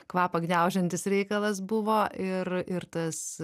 kvapą gniaužiantis reikalas buvo ir ir tas